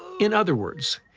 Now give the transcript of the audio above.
in other words,